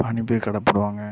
பானிபூரி கடை போடுவாங்க